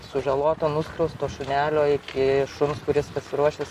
sužaloto nuskriausto šunelio iki šuns kuris pasiruošęs